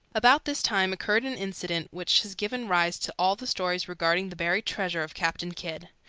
about this time occurred an incident which has given rise to all the stories regarding the buried treasure of captain kidd.